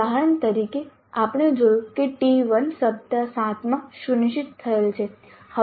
ઉદાહરણ તરીકે આપણે જોયું કે T1 સપ્તાહ 7 માટે સુનિશ્ચિત થયેલ છે